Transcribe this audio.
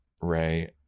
Ray